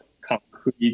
concrete